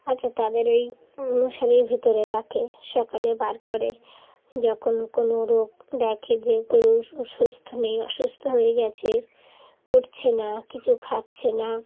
আচ্ছা তাদের ওই মশারির ভিতরে রাখে সকালে বার করে যখন কোনো রোগ দেখে যে গরু সুস্থ নেই অসুস্থ হয়ে গেছে উঠছে না কিছু খাচ্ছে না